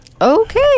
Okay